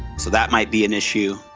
so that might be an issue.